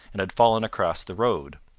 and had fallen across the road.